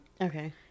Okay